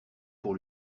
pour